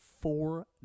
four